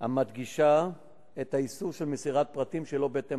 משטרה יש שיקול דעת,